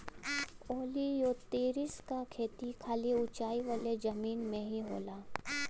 ओलियोतिरिस क खेती खाली ऊंचाई वाले जमीन में ही होला